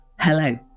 Hello